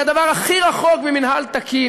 היא הדבר הכי רחוק ממינהל תקין.